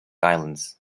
islands